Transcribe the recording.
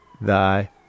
thy